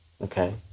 Okay